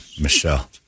Michelle